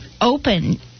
open